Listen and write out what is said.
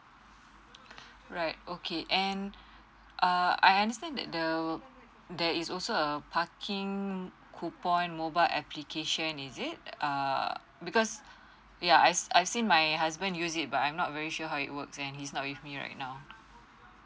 right okay and err I understand that the there is also a parking coupon mobile application is it err because yeah I I see my husband use it but I'm not very sure how it works and he's not with me right now